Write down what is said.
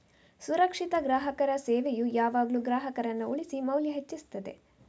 ಸುರಕ್ಷಿತ ಗ್ರಾಹಕರ ಸೇವೆಯು ಯಾವಾಗ್ಲೂ ಗ್ರಾಹಕರನ್ನ ಉಳಿಸಿ ಮೌಲ್ಯ ಹೆಚ್ಚಿಸ್ತದೆ